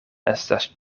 estas